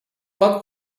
but